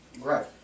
Right